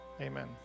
Amen